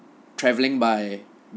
travelling by